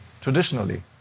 traditionally